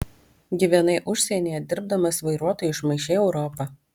gyvenai užsienyje dirbdamas vairuotoju išmaišei europą